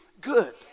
good